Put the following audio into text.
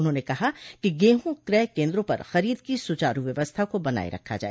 उन्होंने कहा कि गेहूं क्रय केन्द्रों पर खरीद की सुचारु व्यवस्था को बनाए रखा जाए